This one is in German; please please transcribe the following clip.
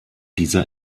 dieser